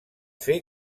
fer